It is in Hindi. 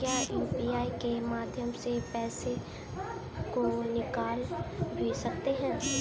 क्या यू.पी.आई के माध्यम से पैसे को निकाल भी सकते हैं?